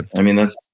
and i mean that's,